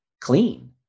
clean